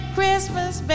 Christmas